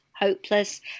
hopeless